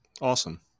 Awesome